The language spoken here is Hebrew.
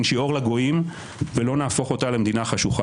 ואתה בקריאה שנייה כבר.